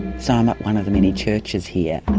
so i'm at one of the many churches here.